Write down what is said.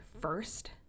first